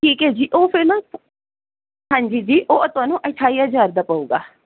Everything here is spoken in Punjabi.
ਠੀਕ ਹੈ ਜੀ ਉਹ ਫੇਰ ਨਾ ਹਾਂਜੀ ਜੀ ਉਹ ਤੁਹਾਨੂੰ ਅਠਾਈ ਹਜਾਰ ਦਾ ਪਊਗਾ